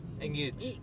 Engage